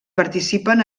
participen